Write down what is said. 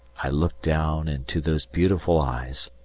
i looked down into those beautiful eyes,